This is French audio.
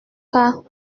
cas